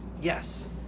Yes